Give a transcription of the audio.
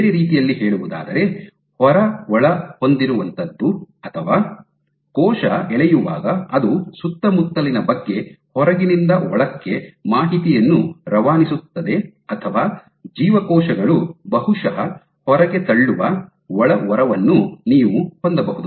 ಬೇರೆ ರೀತಿಯಲ್ಲಿ ಹೇಳುವುದಾದರೆ ಹೊರ ಒಳ ಹೊಂದಿರುವಂತ್ತದ್ದು ಅಥವಾ ಕೋಶ ಎಳೆಯುವಾಗ ಅದು ಸುತ್ತಮುತ್ತಲಿನ ಬಗ್ಗೆ ಹೊರಗಿನಿಂದ ಒಳಕ್ಕೆ ಮಾಹಿತಿಯನ್ನು ರವಾನಿಸುತ್ತದೆ ಅಥವಾ ಜೀವಕೋಶಗಳು ಬಹುಶಃ ಹೊರಗೆ ತಳ್ಳುವ ಒಳ ಹೊರವನ್ನು ನೀವು ಹೊಂದಬಹುದು